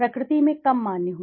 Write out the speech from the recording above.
प्रकृति में कम मान्य हो